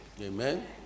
Amen